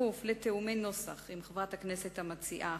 כפוף לתיאומי נוסח עם חברת הכנסת המציעה,